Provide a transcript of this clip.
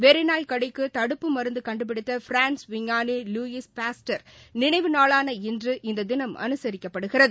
வெறிநாய் கடிக்கு தடுப்பு மருந்து கண்டுபிடித்த பிரான்ஸ் விஞ்ஞானி லூயி பாஸ்டர் நினைவு நாளான இன்று இந்த தினம் அனுசரிக்கப்படுகிறது